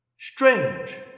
strange